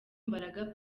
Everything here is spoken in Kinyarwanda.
mbaraga